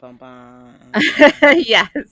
Yes